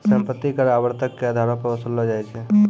सम्पति कर आवर्तक के अधारो पे वसूललो जाय छै